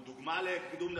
הוא דוגמה לקידום נשים?